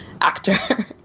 actor